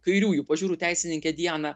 kairiųjų pažiūrų teisininkė diana